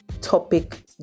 topic